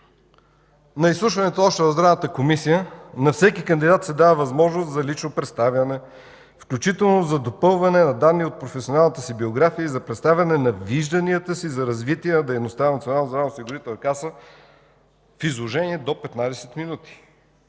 на изслушването още в Здравната комисия на всеки кандидат се дава възможност за лично представяне, включително за допълване на данни от професионалната си биография и представяне на вижданията си за развитие на дейността на Националната здравноосигурителна каса в изложение до 15 минути.